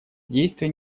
действия